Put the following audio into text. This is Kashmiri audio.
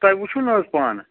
تۄہہِ وُچھوٕ نہَ حظ پانہٕ